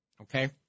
Okay